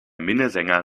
minnesänger